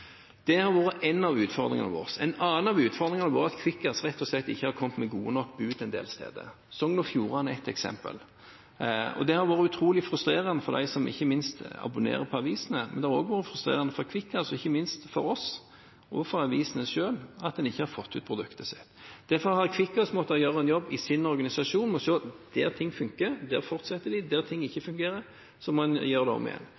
Det har vært én av utfordringene våre. En annen av utfordringene har vært at Kvikkas rett og slett ikke har kommet med gode nok avisbud en del steder, Sogn og Fjordane er ett eksempel. Det har vært utrolig frustrerende, ikke minst for dem som abonnerer på avisene, men også for Kvikkas, for oss og for avisene selv, at en ikke har fått ut produktet sitt. Derfor har Kvikkas måttet gjøre en jobb i sin organisasjon og si: Der ting funker, fortsetter de. Der ting ikke fungerer, må en gjøre det om igjen.